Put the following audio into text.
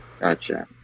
Gotcha